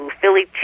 Philly